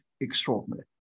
extraordinary